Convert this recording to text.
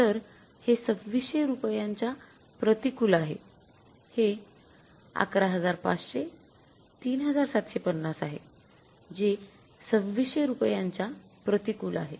तर हे २६०० रुपयांच्या प्रतिकूल आहे हे ११५०० ३७५० आहे जे २६०० रुपयांच्या प्रतिकूल आहे